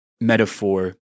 metaphor